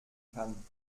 kann